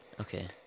Okay